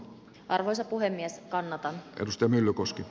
arvoisa puhemies kannattaa tutustua myllykoski